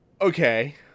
Okay